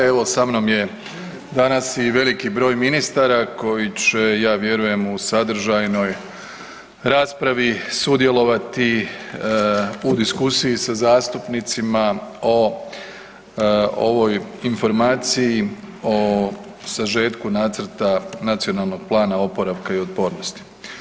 Evo, sa mnom je danas i veliki broj ministara koji će, ja vjerujem, u sadržajnoj raspravi sudjelovati u diskusiji sa zastupnicima o ovoj Informaciji o sažetku nacrta Nacionalnog plana oporavka i otpornosti.